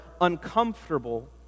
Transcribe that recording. uncomfortable